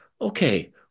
okay